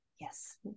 Yes